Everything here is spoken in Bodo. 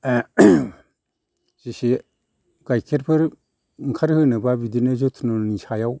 जेसे गाइखेरफोर ओंखार होनोबा बिदिनो जथ्न'नि सायाव